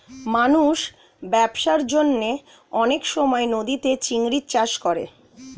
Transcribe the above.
মানুষ ব্যবসার জন্যে অনেক সময় নদীতে চিংড়ির চাষ করে